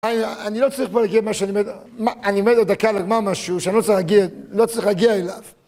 אני לא צריך כבר להגיע למה שאני מת, אני מת עוד דקה, רק מה משהו שאני לא צריך להגיע, לא צריך להגיע אליו.